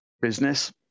business